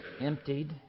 emptied